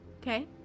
Okay